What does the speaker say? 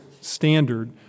standard